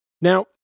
Now